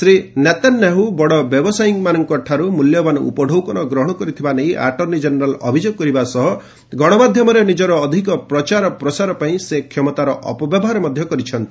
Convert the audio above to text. Shri Netanyahu ବଡ଼ ବ୍ୟବସାୟୀଙ୍କଠାରୁ ମୂଲ୍ୟବାନ୍ ଉପଢୌକନ ଗ୍ରହଣ କରିଥିବା ନେଇ ଆଟର୍ଣ୍ଣି ଜେନେରାଲ୍ ଅଭିଯୋଗ କରିବା ସହ ଗଣମାଧ୍ୟମରେ ନିଜର ଅଧିକ ପ୍ରଚାର ପ୍ରସାର ପାଇଁ ସେ କ୍ଷମତାର ଅପବ୍ୟବହାର ମଧ୍ୟ କରିଛନ୍ତି